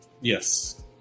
yes